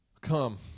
Come